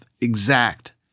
exact